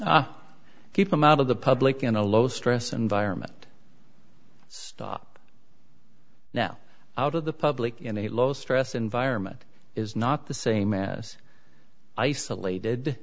keep them out of the public in a low stress environment stop now out of the public in a low stress environment is not the same as isolated